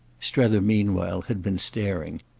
strether meanwhile had been staring.